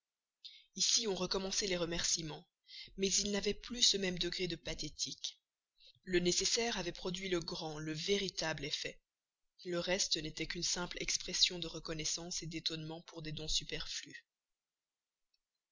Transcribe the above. ici ont recommencé les remerciements mais ils n'avaient plus ce même degré de pathétique le nécessaire avait produit le grand le véritable effet le reste n'était qu'une simple expression de reconnaissance d'étonnement pour des dons superflus